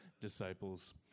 disciples